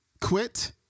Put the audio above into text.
quit